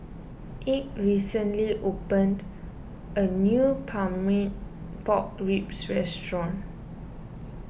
Ike recently opened a new Pork Ribs Restaurant